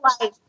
life